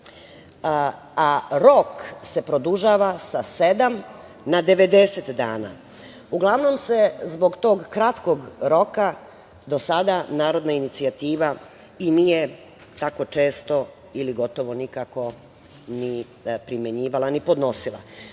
a rok se produžava sa sedam na 90 dana. Uglavnom se zbog tog kratkog roka do sada narodna inicijativa i nije tako često, ili gotovo nikako, ni primenjivala, ni podnosila. Prilično